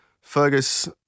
Fergus